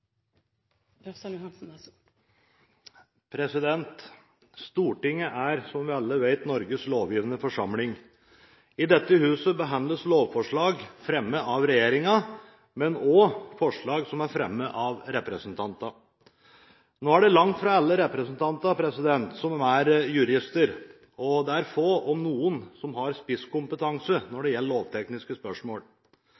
er, som vi alle vet, Norges lovgivende forsamling. I dette huset behandles lovforslag fremmet av regjeringen, men også forslag som er fremmet av representanter. Nå er det langt fra alle representanter som er jurister, og det er få – om noen – som har spisskompetanse når